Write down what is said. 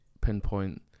pinpoint